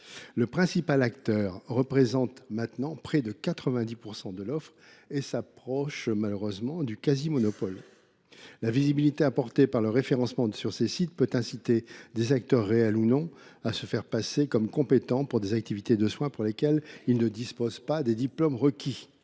Le principal acteur représente maintenant près de 90 % de l’offre et s’approche, malheureusement, du monopole. La visibilité apportée par le référencement sur ces sites peut inciter des acteurs, réels ou non, à se faire passer comme compétents pour des activités de soins pour lesquelles ils ne disposent pas des diplômes requis.